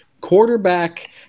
quarterback